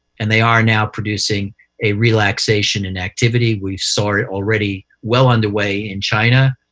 and they are now producing a relaxation in activity. we saw it already well underway in china.